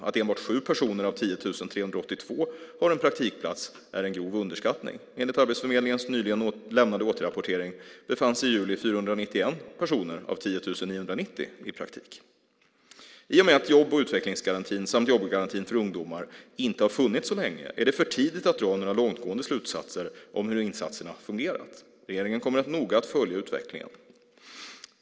Att enbart sju personer av 10 382 har en praktikplats är en grov underskattning. Enligt Arbetsförmedlingens nyligen lämnade återrapportering befann sig i juli 491 personer av 10 990 i praktik. I och med att jobb och utvecklingsgarantin samt jobbgarantin för ungdomar inte har funnits så länge är det för tidigt att dra några långtgående slutsatser om hur insatserna fungerat. Regeringen kommer att noga följa utvecklingen.